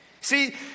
See